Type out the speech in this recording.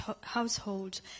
household